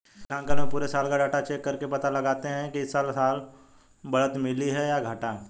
वित्तीय लेखांकन में पुरे साल का डाटा चेक करके पता लगाते है हमे इस साल बढ़त मिली है या घाटा